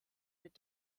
mit